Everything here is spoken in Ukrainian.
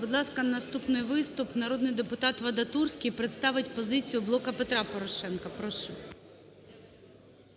Будь ласка, наступний виступ. Народний депутат Вадатурський представить позицію "Блоку Петра Порошенка". Прошу.